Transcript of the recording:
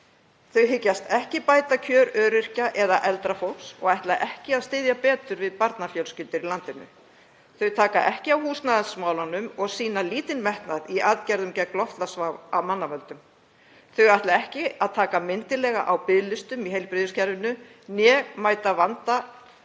Þau hyggjast ekki bæta kjör öryrkja eða eldra fólks og ætla ekki að styðja betur við barnafjölskyldur. Þau taka ekki á húsnæðismálunum og sýna lítinn metnað í aðgerðum gegn loftlagsvá af mannavöldum. Þau ætla ekki að taka myndarlega á biðlistum í heilbrigðiskerfinu eða að mæta vanda